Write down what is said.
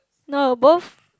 no both